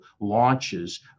launches